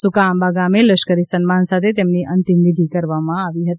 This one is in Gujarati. સુકાઆંબા ગામે લશ્કરી સન્માન સાથે તેમની અંતિમ વિધિ કરવામા આવી હતી